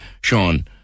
Sean